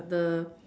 the